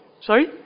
Sorry